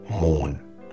moon